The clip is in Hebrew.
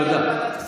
תודה.